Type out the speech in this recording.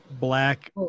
black